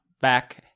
back